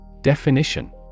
Definition